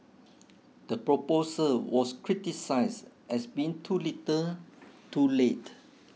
the proposal was criticised as being too little too late